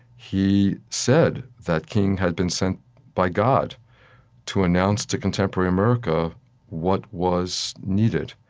he said that king had been sent by god to announce to contemporary america what was needed.